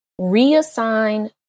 Reassign